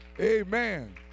Amen